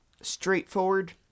straightforward